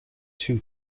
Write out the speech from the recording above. two